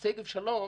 שגב שלום,